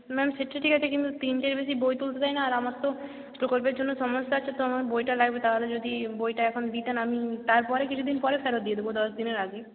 ma'am সে তো ঠিক আছে কিন্তু তিনটের বেশি বই তুলতে দেয় না আর আমার তো প্রকল্পের জন্য সমস্যা আছে তো আমার বইটা লাগবে তাহলে যদি বইটা এখন দিতেন আমি তারপরে কিছু দিন পরে ফেরত দিয়ে দেব দশ দিনের আগে